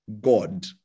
God